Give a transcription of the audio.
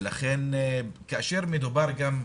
ולכן כאשר מדובר גם,